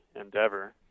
endeavor